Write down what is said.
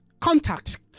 contact